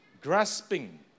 Grasping